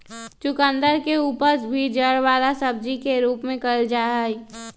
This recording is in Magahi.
चुकंदर के उपज भी जड़ वाला सब्जी के रूप में कइल जाहई